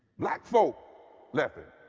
black folk left him.